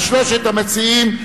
על שלושת המציעים,